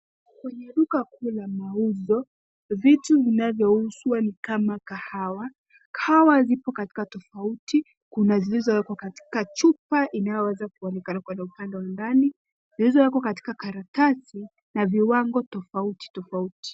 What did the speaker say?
Kwenye duka kuu la mauzo, vitu vinanyouzwa ni kama kahawa. Kahawa zipo katika tofauti, kuna zilizowekwa katika chupa inayoweza kuonekana kando kando ndani. Zilizowekwa katika karatasi na viwango tofauti tofauti.